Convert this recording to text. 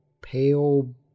pale